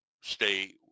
stay